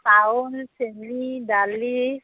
চাউল চেনি দালি